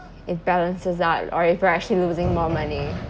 it balances out or if you're actually losing more money